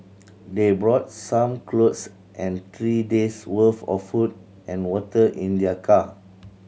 they brought some clothes and three days worth of food and water in their car